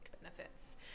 benefits